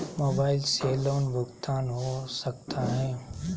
Mobile से loan भुगतान हो सकता है?